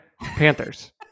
Panthers